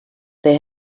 there